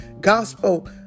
gospel